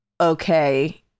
okay